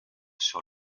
sur